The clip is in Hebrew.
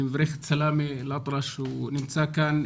אני מברך את סלאמה אל אטרש שהוא נמצא כאן.